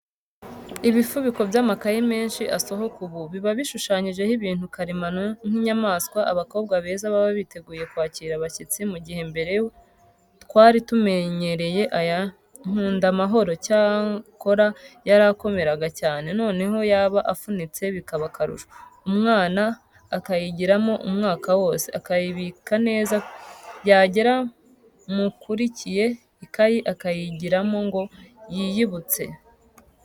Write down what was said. Ibifubiko by'amakayi menshi asohoka ubu, biba bishushanyijeho ibintu karemano nk'inyamaswa, abakobwa beza baba biteguye kwakira abashyitsi; mu gihe mbere twari tumenyereya aya nkundamahoro; cyakora yarakomeraga cyane, noneho yaba afunitse bikaba akarusho, umwana akayigiramo umwaka wose, akayibika neza yagera mu ukurikiye iakajya ayigiramo ngo yiyibutse.